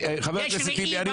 יש ראי באייפון למי שרוצה.